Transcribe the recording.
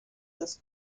this